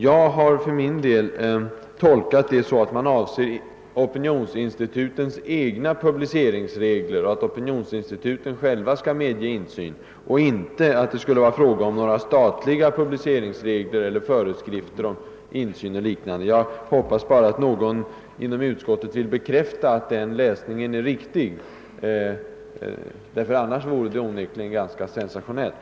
Jag har för min del tolkat skrivning en så, att utskottet avser opinionsinstitutens egna publiceringsregler, och att opinionsinstituten skall medge insyn — inte att det skulle vara fråga om några statliga publiceringsregler eller föreskrifter om insyn m.m. Jag hoppas att någon inom utskottet vill bekräfta att den tolkningen är riktig. Annars vore utlåtandet onekligen ganska sensationellt.